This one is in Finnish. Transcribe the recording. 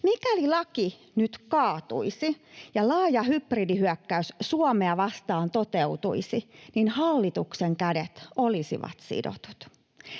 Mikäli laki nyt kaatuisi ja laaja hybridihyökkäys Suomea vastaan toteutuisi, niin hallituksen kädet olisivat sidotut.